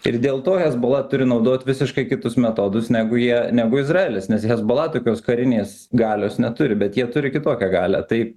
ir dėl to hezbollah turi naudot visiškai kitus metodus negu jie negu izraelis nes hezbollah tokios karinės galios neturi bet jie turi kitokią galią tai